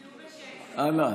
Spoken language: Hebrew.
אנא,